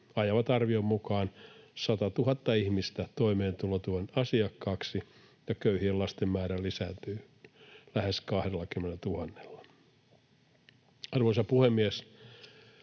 ajavat arvion mukaan satatuhatta ihmistä toimeentulotuen asiakkaiksi, ja köyhien lasten määrä lisääntyy lähes 20 000:lla. Arvoisa puhemies!